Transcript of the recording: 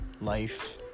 life